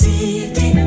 City